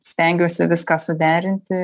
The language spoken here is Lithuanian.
stengiuosi viską suderinti